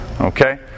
okay